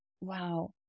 Wow